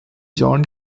john